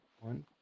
One